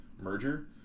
merger